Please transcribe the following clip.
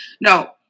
No